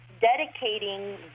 dedicating